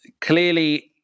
clearly